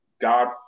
God